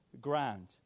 ground